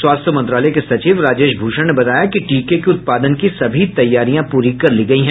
स्वास्थ्य मंत्रालय के सचिव राजेश भूषण ने बताया कि टीके के उत्पादन की सभी तैयारियां पूरी कर ली गई हैं